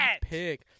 pick